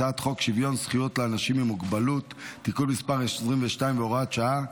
הצעת חוק שוויון זכויות לאנשים עם מוגבלות (תיקון מס' 22 והוראת שעה)